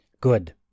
Good